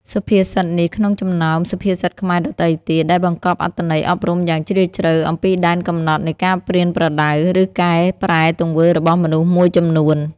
សុភាពសិតនេះក្នុងចំណោមសុភាសិតខ្មែរដទៃទៀត ដែលបង្កប់អត្ថន័យអប់រំយ៉ាងជ្រាលជ្រៅអំពីដែនកំណត់នៃការប្រៀនប្រដៅ ឬកែប្រែទង្វើរបស់មនុស្សមួយចំនួន។